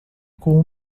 com